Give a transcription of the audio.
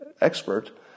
expert